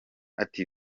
ati